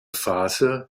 phase